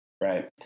Right